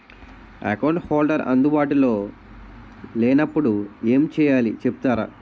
Account holder అందు బాటులో లే నప్పుడు ఎం చేయాలి చెప్తారా?